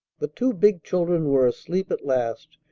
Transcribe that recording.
the two big children were asleep at last,